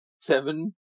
seven